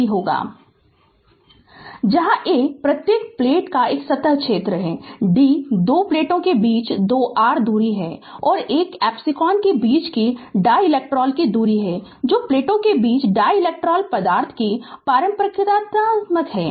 Refer Slide Time 0623 जहां A प्रत्येक plate का सतह क्षेत्र है d दो प्लेटों के बीच दो r दूरी और एक एप्सिलॉन के बीच की डाईइलेक्ट्रिक दूरी है जो प्लेटों के बीच डाईइलेक्ट्रिक पदार्थ की पारगम्यता है